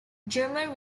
german